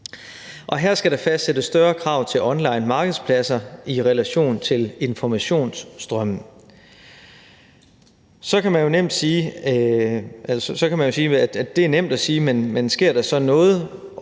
Her skal der fastsættes større krav til onlinemarkedspladser i relation til informationsstrømmen. Så kan man sige, at det jo er nemt